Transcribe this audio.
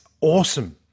awesome